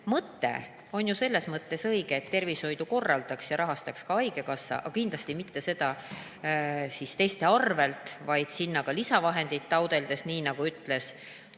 mõte on ju selles mõttes õige, et tervishoidu korraldaks ja rahastaks haigekassa, aga kindlasti mitte teiste arvel, vaid sinna ka lisavahendeid taotledes. Nii ütles